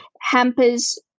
hampers